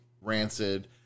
rancid